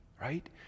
right